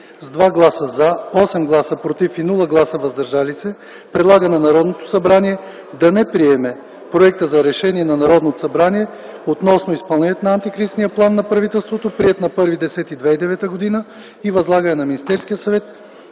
с 2 гласа „за”, 8 гласа „против” и без „въздържали се” предлага на Народното събрание да не приеме Проекта за решение на Народното събрание относно изпълнението на Антикризисния план на правителството, приет на 1.10.2009 г., и възлагане на Министерския съвет